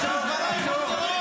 חיזבאללה הוא ארגון טרור?